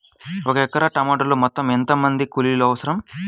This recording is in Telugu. ఒక ఎకరా టమాటలో మొత్తం ఎంత మంది కూలీలు అవసరం?